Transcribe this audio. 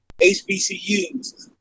HBCUs